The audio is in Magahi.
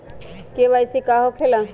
के.वाई.सी का हो के ला?